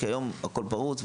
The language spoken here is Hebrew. כי היום הכל פרוץ.